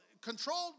controlled